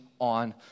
on